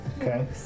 Okay